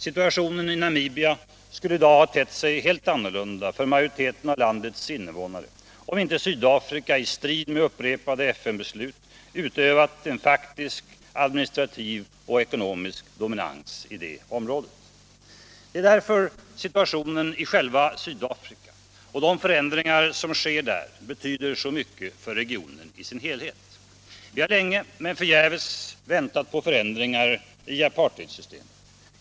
Situationen i Namibia skulle i dag tett sig helt annorlunda för majoriteten av landets invånare, om inte Sydafrika i strid med upprepade FN-beslut utövat en faktisk administrativ och ekonomisk dominans i det området. Det är därför situationen i själva Sydafrika och de förändringar som sker där betyder så mycket för regionen i dess helhet. Vi har länge men förgäves väntat på förändringar i apartheidsystemet.